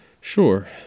Sure